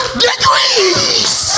degrees